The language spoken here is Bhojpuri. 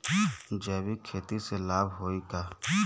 जैविक खेती से लाभ होई का?